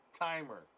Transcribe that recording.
timer